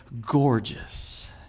gorgeous